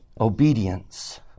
obedience